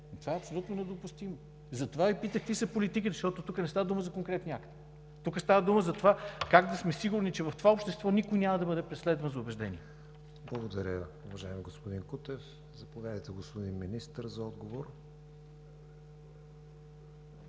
това е абсолютно недопустимо! Затова Ви питах какви са политиките, защото тук не става дума за конкретния акт, а става дума за това как да сме сигурни, че в това общество никой няма да бъде преследван за убеждения. ПРЕДСЕДАТЕЛ КРИСТИАН ВИГЕНИН: Благодаря, уважаеми господи Кутев. Заповядайте, господин Министър, за отговор.